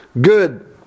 good